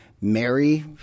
Mary